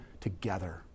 together